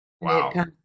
Wow